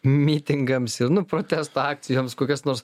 mitingams ir nu protesto akcijoms kokias nors